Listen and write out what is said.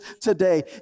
today